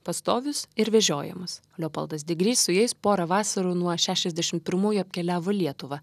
pastovius ir vežiojamus leopoldas digrys su jais porą vasarų nuo šešiasdešim pirmųjų apkeliavo lietuvą